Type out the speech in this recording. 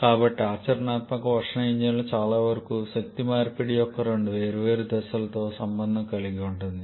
కాబట్టి ఆచరణాత్మక ఉష్ణ ఇంజన్లు చాలావరకు శక్తి మార్పిడి యొక్క రెండు వేర్వేరు దశలతో సంబంధం కలిగి ఉంటుంది